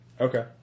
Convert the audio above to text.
Okay